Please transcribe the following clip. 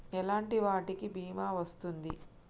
ఎలాంటి వాటికి బీమా వస్తుంది?